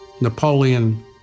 Napoleon